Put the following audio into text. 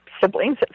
siblings